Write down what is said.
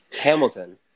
Hamilton